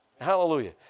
Hallelujah